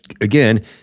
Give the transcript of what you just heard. again